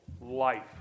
life